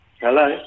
Hello